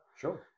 Sure